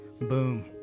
Boom